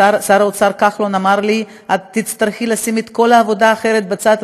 שר האוצר כחלון אמר לי: את תצטרכי לשים כל עבודה אחרת בצד,